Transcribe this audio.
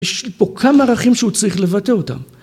יש פה כמה ערכים שהוא צריך לבטא אותם.